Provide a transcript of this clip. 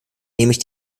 nämlich